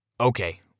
Okay